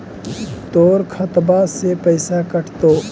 तोर खतबा से पैसा कटतो?